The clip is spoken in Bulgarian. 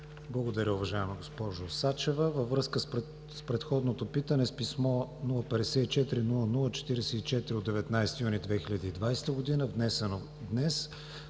Благодаря, уважаема госпожо Сачева. Във връзка с предходното питане с писмо, № 054-00-44, от 19 юни 2020 г., внесено днес